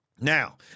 Now